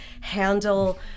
handle